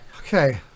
okay